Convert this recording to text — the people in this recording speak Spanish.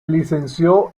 licenció